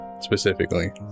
specifically